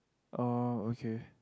oh okay